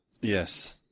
Yes